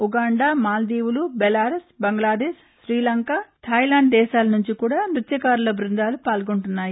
Uganda మాల్దీవులు Belarus Bangladesh Sri Lanka Thailand దేశాల నుంచి కూడా నృత్యకారుల బృందాలు పాల్గొంటున్నాయి